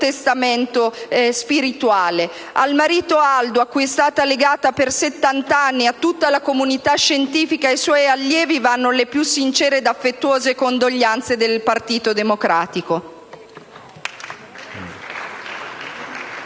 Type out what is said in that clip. testamento spirituale. Al marito Aldo, a cui è stata legata per settant'anni, a tutta la comunità scientifica e ai suoi allievi vanno le più sincere ed affettuose condoglianze del Partito Democratico.